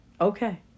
okay